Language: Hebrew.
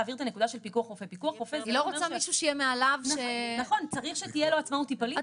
לטעמי, אני חושבת שבסוף צריך להיות דירוג מסוים.